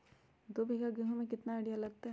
दो बीघा गेंहू में केतना यूरिया लगतै?